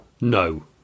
no